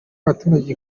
abaturage